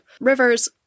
rivers